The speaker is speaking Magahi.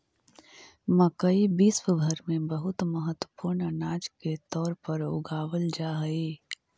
मकई विश्व भर में बहुत महत्वपूर्ण अनाज के तौर पर उगावल जा हई